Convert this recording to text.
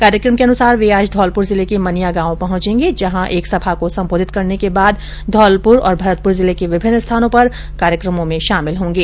कार्यकम के अनुसार वे आज धौलंप्र जिले के मनिया गांव पहुंचेंगे जहाँ एक सभा को संबोधित करने के बाद धौलपुर और भरतपुर जिले के विभिन्न स्थानों पर कार्यक्रमों में शामिल होंगे